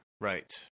Right